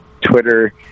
Twitter